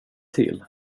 till